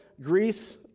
Greece